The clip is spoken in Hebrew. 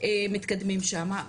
מתקדמים שמה,